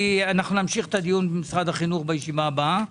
נמשיך את הדיון עם משרד החינוך בישיבה הבאה.